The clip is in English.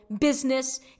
business